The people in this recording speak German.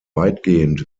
weitgehend